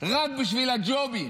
רק בשביל הג'ובים,